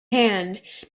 hand